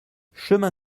chemin